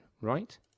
right